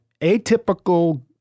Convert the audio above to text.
atypical